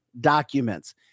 documents